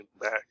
back